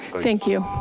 thank you.